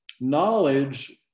knowledge